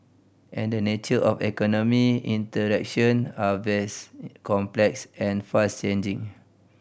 and the nature of the economy interaction are vast complex and fast changing